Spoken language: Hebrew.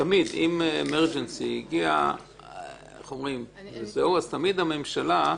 אם זה יגיע ב-emergency אז תמיד הממשלה,